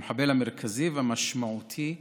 המחבל המרכזי והמשמעותי בפיגוע.